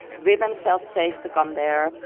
women felt safe to come there.